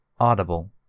Audible